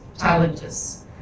challenges